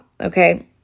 Okay